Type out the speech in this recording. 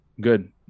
good